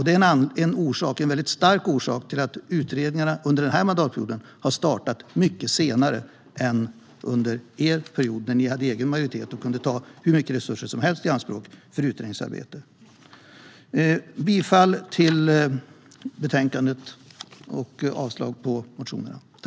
Det är en stark orsak till att utredningarna har startat mycket senare under den här mandatperioden än under er period, när ni hade egen majoritet och kunde ta hur mycket resurser som helst i anspråk för utredningsarbete. Jag yrkar bifall till förslaget i betänkandet och avslag på motionerna.